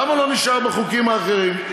למה הוא לא נשאר בחוקים האחרים?